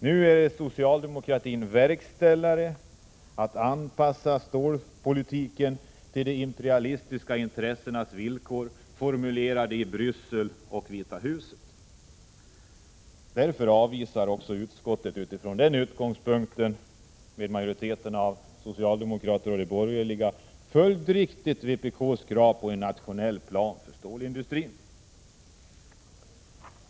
Nu är socialdemokratin verkställare — arbetar med att anpassa stålpolitiken till de imperialistiska intressenas villkor, formulerade i Bryssel och i Vita huset. Utifrån den utgångspunkten avvisar också, helt följriktigt, utskottets majoritet av socialdemokrater och borgerliga vpk:s krav på en nationell plan för stålindustrin.